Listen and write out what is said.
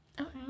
okay